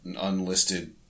unlisted